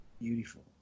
Beautiful